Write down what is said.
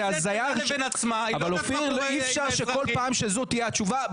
אי אפשר שזו תהיה התשובה בכל פעם,